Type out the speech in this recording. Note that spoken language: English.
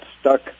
stuck